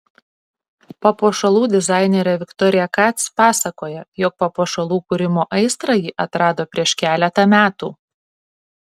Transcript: papuošalų dizainerė viktorija kac pasakoja jog papuošalų kūrimo aistrą ji atrado prieš keletą metų